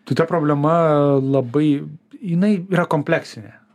tai ta problema labai jinai yra kompleksinė